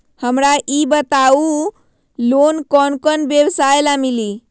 हमरा ई बताऊ लोन कौन कौन व्यवसाय ला मिली?